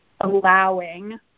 allowing